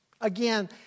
Again